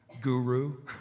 guru